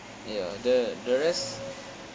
ya the the rest